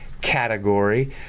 category